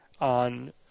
on